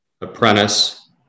apprentice